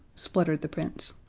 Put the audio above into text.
spluttered the prince.